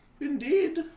Indeed